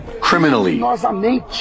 criminally